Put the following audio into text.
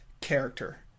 character